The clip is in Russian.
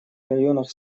районах